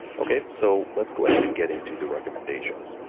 okay, so let's go ahead and get into the recommendations.